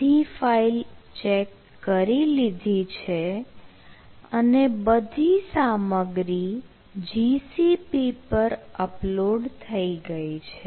બધી file check કરી લીધી છે અને બધી સામગ્રી GCP પર અપલોડ થઈ ગઈ છે